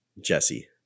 Jesse